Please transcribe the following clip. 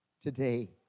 today